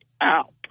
out